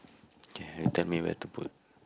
kay you tell me where to put